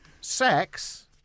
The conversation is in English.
Sex